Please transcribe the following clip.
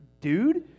dude